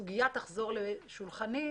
הסוגיה תחזור לשולחני.